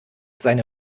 seine